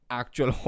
actual